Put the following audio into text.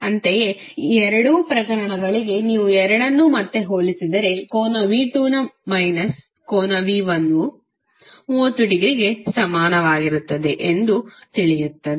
ಅಂತೆಯೇ ಈ ಎರಡು ಪ್ರಕರಣಗಳಿಗೆ ನೀವು ಎರಡನ್ನೂ ಮತ್ತೆ ಹೋಲಿಸಿದರೆ ಕೋನ v2ನ ಮೈನಸ್ ಕೋನ v1 ವು 30 ಡಿಗ್ರಿ ಗೆ ಸಮಾನವಾಗಿರುತ್ತದೆ ಎಂದು ತಿಳಿಯುತ್ತದೆ